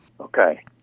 Okay